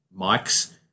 mics